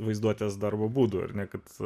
vaizduotės darbo būdo ir nekaip